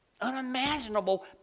unimaginable